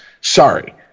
Sorry